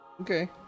Okay